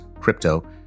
crypto